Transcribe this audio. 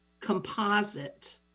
composite